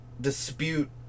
dispute